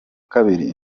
kabiri